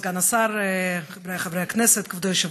כבוד סגן השר, חבריי חברי הכנסת, כבוד היושב-ראש,